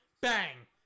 bang